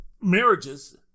marriages